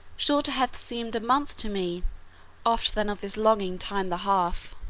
shorter hath seemed a month to me oft than of this longing time the half.